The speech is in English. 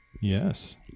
Yes